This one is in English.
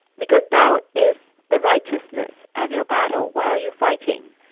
because tao is the righteousness of your battle why are you fighting?